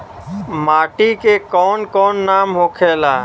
माटी के कौन कौन नाम होखे ला?